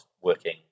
working